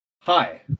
Hi